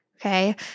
Okay